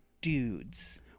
dudes